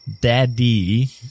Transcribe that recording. daddy